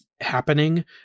happening